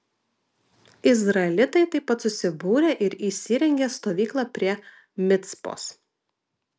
izraelitai taip pat susibūrė ir įsirengė stovyklą prie micpos